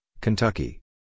Kentucky